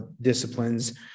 disciplines